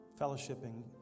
fellowshipping